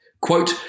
Quote